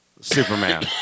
Superman